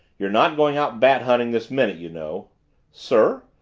you're not going out bat hunting this minute, you know sir?